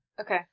Okay